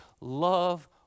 love